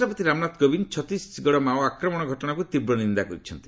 ରାଷ୍ଟ୍ରପତି ରାମନାଥ କୋବିନ୍ଦ ଛତିଶଗଡ ମାଓ ଆକ୍ରମଣ ଘଟଣାକୁ ତୀବ୍ର ନିନ୍ଦା କରିଛନ୍ତି